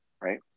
right